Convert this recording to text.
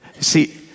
See